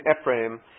Ephraim